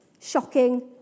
shocking